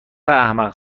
احمق